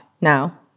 now